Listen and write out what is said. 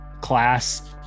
class